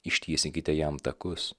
ištiesinkite jam takus